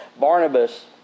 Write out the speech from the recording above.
Barnabas